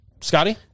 Scotty